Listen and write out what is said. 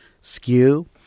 skew